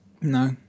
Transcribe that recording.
No